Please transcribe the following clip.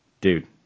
dude